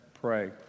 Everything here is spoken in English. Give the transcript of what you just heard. pray